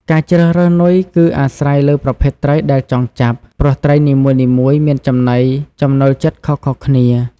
ការជ្រើសរើសនុយគឺអាស្រ័យលើប្រភេទត្រីដែលចង់ចាប់ ព្រោះត្រីនីមួយៗមានចំណីចំណូលចិត្តខុសៗគ្នា។